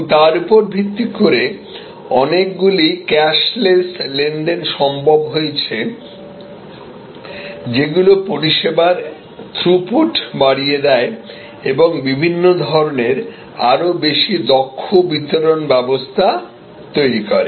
এবং তার উপর ভিত্তি করে অনেকগুলি ক্যাশলেস লেনদেন সম্ভব হয়েছে যেগুলি পরিষেবার থ্রুপুট বাড়িয়ে দেয় এবং বিভিন্ন ধরণের আরও বেশি দক্ষ বিতরণ ব্যবস্থা তৈরি করে